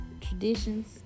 traditions